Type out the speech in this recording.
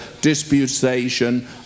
disputation